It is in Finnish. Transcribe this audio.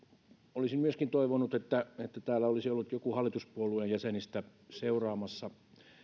olisin myöskin toivonut että täällä olisi ollut joku hallituspuolueen jäsenistä seuraamassa